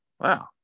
Wow